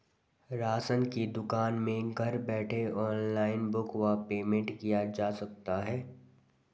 Ration की दुकान में घर बैठे ऑनलाइन बुक व पेमेंट किया जा सकता है?